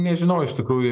nežinau iš tikrųjų